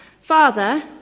Father